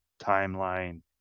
timeline